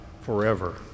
forever